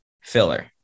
filler